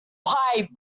why